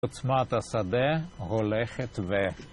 עוצמת השדה הולכת ו...